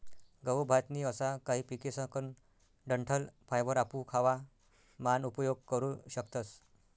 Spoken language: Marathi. गहू, भात नी असा काही पिकेसकन डंठल फायबर आपू खावा मान उपयोग करू शकतस